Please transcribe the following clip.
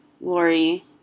Lori